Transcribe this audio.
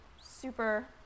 super